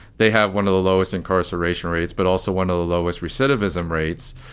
they have one of the lowest incarceration rates, but also one of the lowest recidivism rates.